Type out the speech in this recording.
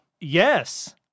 yes